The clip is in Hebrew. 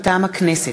מטעם הכנסת: